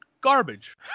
garbage